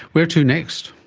where to next?